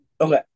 Okay